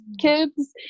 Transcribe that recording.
kids